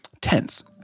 tense